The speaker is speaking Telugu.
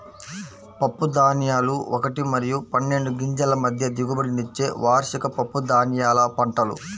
పప్పుధాన్యాలు ఒకటి మరియు పన్నెండు గింజల మధ్య దిగుబడినిచ్చే వార్షిక పప్పుధాన్యాల పంటలు